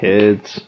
Kids